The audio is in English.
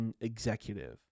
Executive